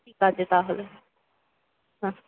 ঠিক আছে তাহলে হ্যাঁ